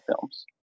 films